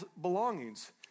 belongings